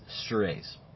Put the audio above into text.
strays